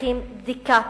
צריכים בדיקה,